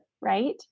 right